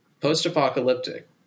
Post-apocalyptic